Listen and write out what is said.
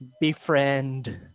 befriend